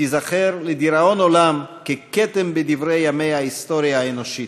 שתיזכר לדיראון עולם ככתם בדברי ימי ההיסטוריה האנושית,